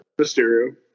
Mysterio